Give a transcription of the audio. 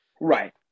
Right